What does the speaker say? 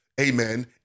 amen